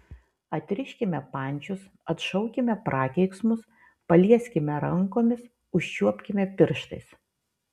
atriškime pančius atšaukime prakeiksmus palieskime rankomis užčiuopkime pirštais